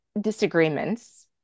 disagreements